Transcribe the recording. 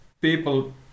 people